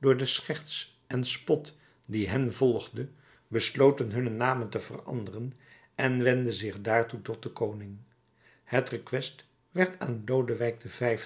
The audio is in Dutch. door de scherts en spot die hen volgde besloten hunne namen te veranderen en wendden zich daartoe tot den koning het rekwest werd aan lodewijk xv